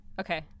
okay